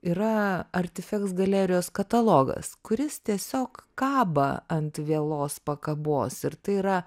yra artifeks galerijos katalogas kuris tiesiog kaba ant vielos pakabos ir tai yra